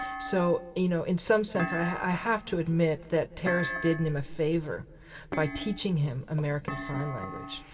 so you know in some sense i have to admit that terrace did nim a favour by teaching him american sign language.